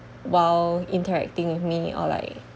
while interacting with me or like